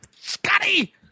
Scotty